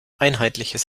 einheitliches